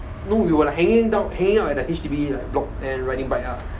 no we were like hanging down hanging out at the H_D_B like block then riding bike lah